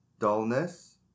dullness